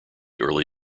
early